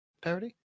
Parody